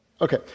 Okay